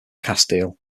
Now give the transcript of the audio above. castile